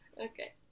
Okay